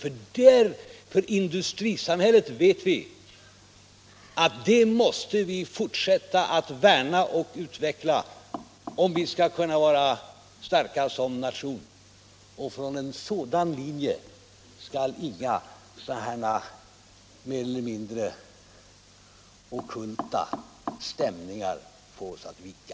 Vi vet att vi måste fortsätta att värna och utveckla industrisamhället, om vi skall vara starka som nation. Från den linjen skall inga sådana här mer eller mindre ockulta stämningar få oss att vika.